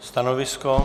Stanovisko?